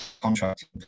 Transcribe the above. contracting